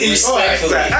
Respectfully